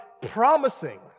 promising